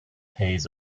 hayes